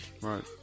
Right